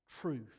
truth